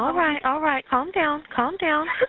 all right, all right. calm down. calm down.